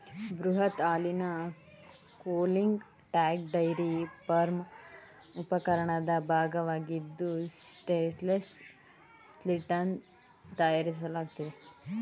ಬೃಹತ್ ಹಾಲಿನ cooling tank dairy farm ಉಪಕರಣದ ಭಾಗವಾಗಿದ್ದು ಸ್ಟೇನ್ಲೆಸ್ ಸ್ಟೀಲ್ನಿಂದ ತಯಾರಿಸಲಾಗ್ತದೆ